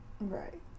Right